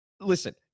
Listen